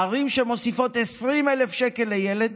ערים שמוסיפות 20,000 שקל לילד